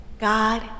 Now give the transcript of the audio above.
God